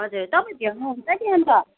हजुर तपाईँ भ्याउनुहुन्छ कि अन्त